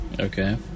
Okay